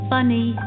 Funny